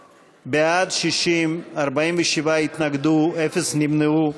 60, 47 התנגדו, אפס נמנעו.